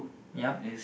yup